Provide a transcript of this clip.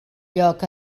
lloc